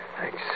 Thanks